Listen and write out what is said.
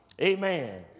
Amen